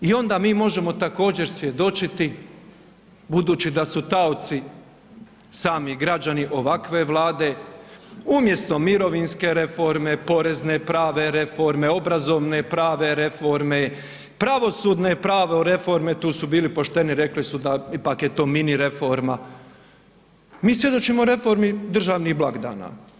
I onda mi možemo također svjedočiti budući a su taoci sami građani ovakve Vlade, umjesto mirovinske reforme, porezne prave reforme, obrazovne prave reforme, pravosudne prave reforme, tu su bili pošteni, rekli su da ipak je to mini reforma, mi svjedočimo reformi državnih blagdana.